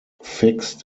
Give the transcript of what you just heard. fixed